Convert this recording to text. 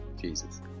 Jesus